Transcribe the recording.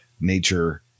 nature